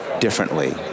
differently